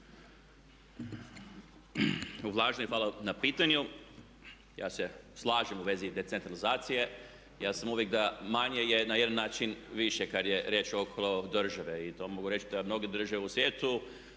Uvaženi, hvala na pitanju. Ja se slažem u vezi decentralizacije. Ja sam uvijek da manje je na jedan način više kad je riječ … države i to mogu reći da mnoge države u svijetu